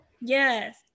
yes